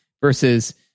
Versus